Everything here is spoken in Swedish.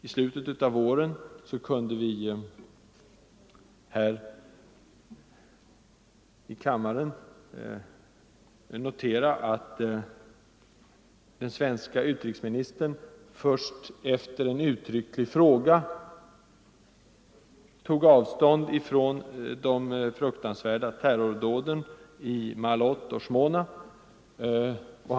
I slutet av våren kunde vi notera att den svenska utrikesministern först efter en uttrycklig fråga tog avstånd från de fruktansvärda terrordåden i Ma”alot och i Kiryat Shmona.